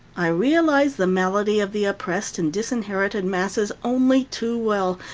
i realize the malady of the oppressed and disinherited masses only too well,